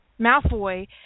Malfoy